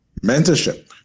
Mentorship